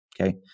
Okay